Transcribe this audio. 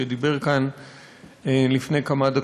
שדיבר כאן לפני כמה דקות,